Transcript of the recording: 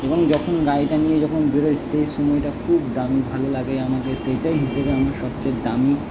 এবং যখন গাড়িটা নিয়ে যখন বেরোই সেই সময়টা খুব দামি ভালো লাগে আমাকে সেইটাই হিসাবে আমার সবচেয়ে দামি